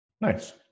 nice